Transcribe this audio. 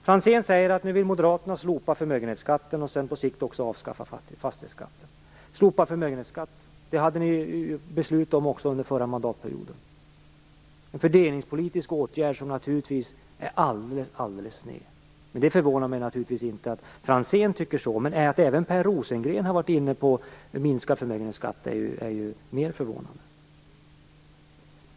Franzén säger nu att Moderaterna vill slopa förmögenhetsskatten och på sikt också avskaffa fastighetsskatten. Ni hade ju beslut om slopad förmögenhetsskatt också under den förra mandatperioden. Det är en fördelningspolitisk åtgärd som naturligtvis är alldeles sned. Det förvånar mig inte att Franzén tycker så, men att även Per Rosengren har varit inne på att minska förmögenhetsskatten är ju mer förvånande.